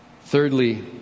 Thirdly